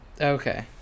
Okay